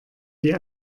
die